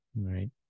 Right